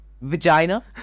vagina